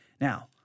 Now